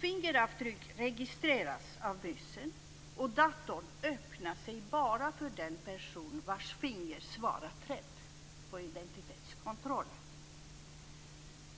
Fingeravtryck registreras av musen, och datorn öppnar sig bara för den person vars finger svarat rätt på identitetskontrollen.